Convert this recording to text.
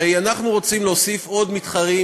הרי אנחנו רוצים להוסיף מתחרים,